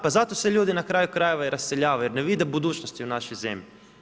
Pa zato se ljudi na kraju krajeva i raseljavaju jer ne vide budućnosti u našoj zemlji.